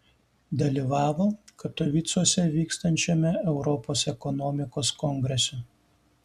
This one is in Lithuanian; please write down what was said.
dalyvavo katovicuose vykstančiame europos ekonomikos kongrese